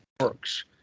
works